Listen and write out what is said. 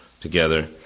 together